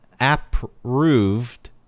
Approved